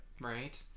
Right